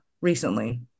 recently